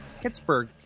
Pittsburgh